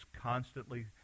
constantly